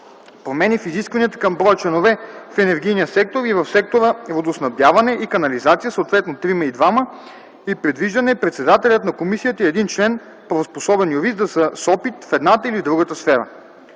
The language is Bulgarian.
промени в изискванията към броя членове в енергийния сектор и в сектора водоснабдяване и канализация, съответно – трима и двама, и предвиждане председателят на комисията и един член – правоспособен юрист, да са с опит в едната или в другата сфера;